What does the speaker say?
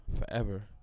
forever